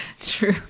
true